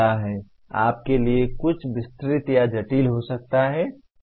आपके लिए कुछ विस्तृत या जटिल हो सकता है